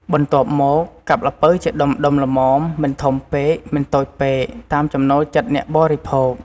បន្ទាប់មក កាប់ល្ពៅជាដុំៗល្មម មិនធំពេក មិនតូចពេក តាមចំណូលចិត្តអ្នកបរិភោគ។